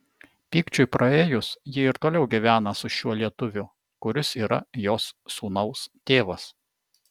pykčiui praėjus ji ir toliau gyvena su šiuo lietuviu kuris yra jos sūnaus tėvas